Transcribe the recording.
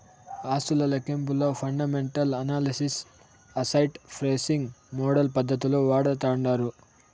ఆస్తుల లెక్కింపులో fundamental analysis, asset pricing model పద్దతులు వాడతాండారు